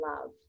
love